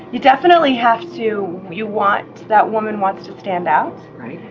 you definitely have to, you want, that woman wants to stand out. right.